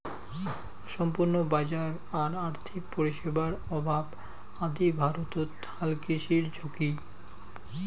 অসম্পূর্ণ বাজার আর আর্থিক পরিষেবার অভাব আদি ভারতত হালকৃষির ঝুঁকি